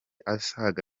asaga